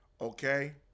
Okay